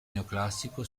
neoclassico